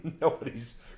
nobody's